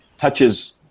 touches